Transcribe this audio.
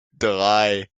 drei